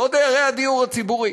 לא דיירי הדיור הציבורי.